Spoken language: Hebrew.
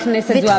חברת הכנסת זועבי,